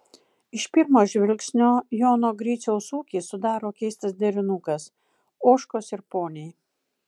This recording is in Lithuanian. iš pirmo žvilgsnio jono griciaus ūkį sudaro keistas derinukas ožkos ir poniai